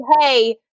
hey